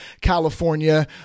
california